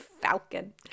falcon